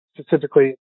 specifically